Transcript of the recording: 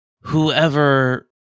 whoever